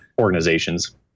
organizations